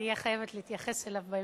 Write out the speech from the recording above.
אני אהיה חייבת להתייחס אליו בהמשך,